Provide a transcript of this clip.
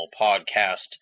podcast